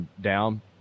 down